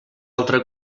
altra